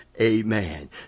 Amen